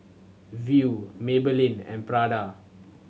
Viu Maybelline and Prada